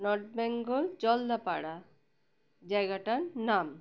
north Bengal Jaldapara জায়গাটার নাম